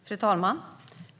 Fru talman!